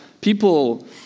people